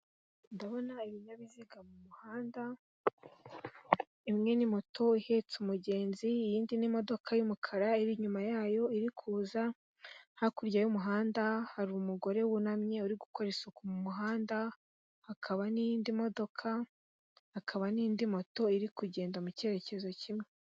Ndabona ibinyabiziga mu muhanda imwe ni moto ihetse umugenzi, iyindi n'imodoka y'umukara iri inyuma yayo iri kuza. hakurya y'umuhanda hari umugore wunamye uri gukora isuku mu muhanda, hakaba n'iyindi modoka, hakaba n'indi moto iri kugenda mu cyerekezo kimwe.